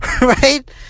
Right